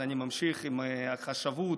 ואני ממשיך עם החשבות,